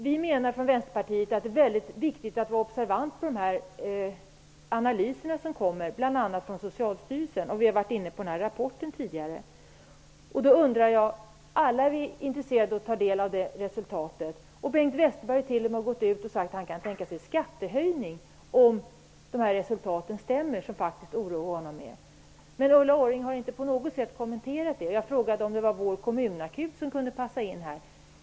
Vi från Vänsterpartiet menar att det är väldigt viktigt att vara observant på de analyser som kommer bl.a. från Socialstyrelsen -- vi har ju tidigare varit inne på rapporten från Socialstyrelsen. Alla är vi intresserade av att ta del av resultaten. Bengt Westerberg har t.o.m. sagt att han kan tänka sig skattehöjning, om resultaten stämmer som faktiskt oroar honom. Ulla Orring har inte på något sätt kommenterat det. Jag frågade om det var Kommunakuten som kunde passa in här.